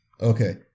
Okay